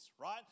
right